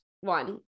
one